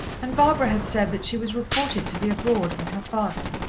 and barbara had said that she was reported to be abroad with her father.